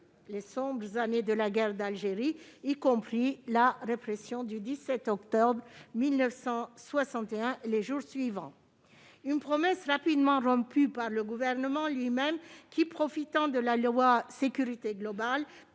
les années sombres de la guerre d'Algérie, y compris la répression du 17 octobre 1961 et les jours qui la suivent. Cette promesse a rapidement été rompue par le Gouvernement lui-même qui, profitant de la loi Sécurité globale,